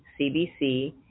CBC